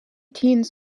teens